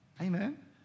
Amen